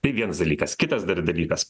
tai vienas dalykas kitas dar dalykas